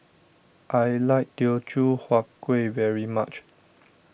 I like Teochew Huat Kueh very much